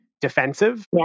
defensive